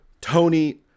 Tony